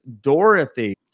Dorothy